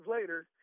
later